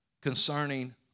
concerning